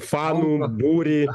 fanų būrį